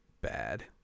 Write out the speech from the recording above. Bad